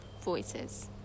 voices